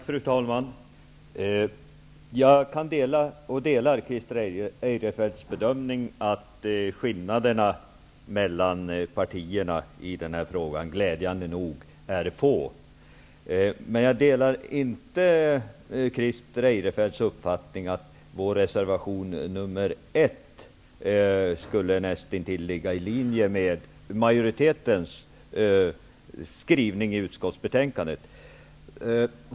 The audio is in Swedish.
Fru talman! Jag delar Christer Eirefelts bedömning att skillnaderna mellan partierna i den här frågan glädjande nog är få. Men jag delar inte Christer Eirefelts uppfattning att vår reservation nr 1 näst intill skulle ligga i linje med majoritetens skrivning i utskottsbetänkandet.